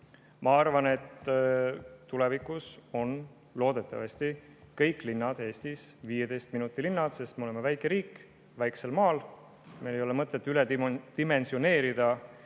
Ma arvan, et tulevikus on loodetavasti kõik linnad Eestis 15 minuti linnad, sest me oleme väike riik väikesel maal. Meil ei ole mõtet üledimensioneerida